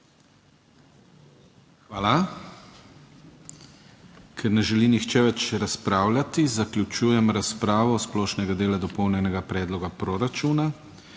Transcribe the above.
Hvala. Ker ne želi nihče več razpravljati zaključujem razpravo splošnega dela dopolnjenega predloga proračuna.